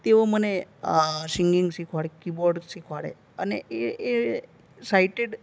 તેઓ મને સિંગિંગ શીખવાડે કીબોર્ડ શીખવાડે અને એ એ સાઈટેડ